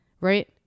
Right